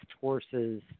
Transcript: horses